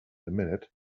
minute